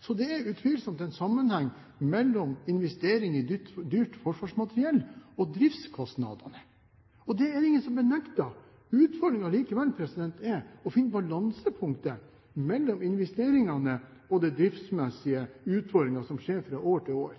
Så det er utvilsomt en sammenheng mellom investering i dyrt forsvarsmateriell og driftskostnadene. Det er det ingen som benekter. Utfordringen er likevel å finne balansepunktet mellom investeringene og de driftsmessige utfordringene som skjer fra år til år.